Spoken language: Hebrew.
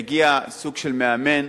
יגיע סוג של מאמן.